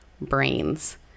brains